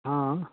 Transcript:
हाँ